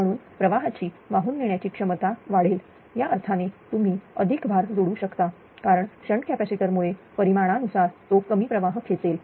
म्हणून प्रवाहची वाहून नेण्याची क्षमता वाढेल या अर्थाने तुम्ही अधिक भार जोडू शकता कारण शंट कॅपॅसिटर मुळे परिमाणानुसार तो कमी प्रवाह खेचेल